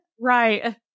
Right